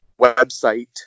website